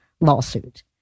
lawsuit